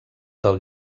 del